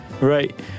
Right